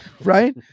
right